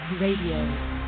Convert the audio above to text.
Radio